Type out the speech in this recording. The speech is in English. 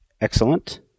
Excellent